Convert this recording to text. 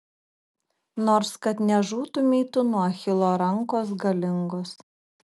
nors kad nežūtumei tu nuo achilo rankos galingos